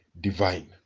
divine